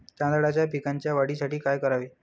तांदळाच्या पिकाच्या वाढीसाठी काय करावे?